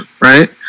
right